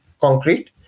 concrete